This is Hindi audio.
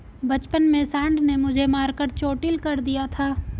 बचपन में सांड ने मुझे मारकर चोटील कर दिया था